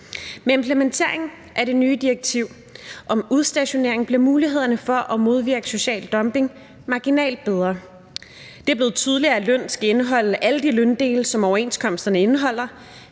Med implementeringen af det nye direktiv om udstationering bliver mulighederne for at modvirke social dumping marginalt bedre. Det er blevet tydeligt, at løn skal indeholde alle de løndele, som overenskomsterne indeholder,